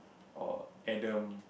or Adam